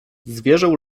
zwierzę